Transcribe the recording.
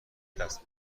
دست